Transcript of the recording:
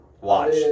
Watch